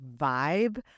vibe